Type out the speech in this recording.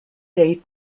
date